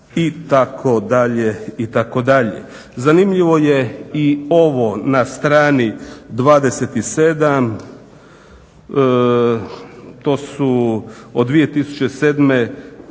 muškaraca" itd. Zanimljivo je i ovo na strani 27. to su od 2007.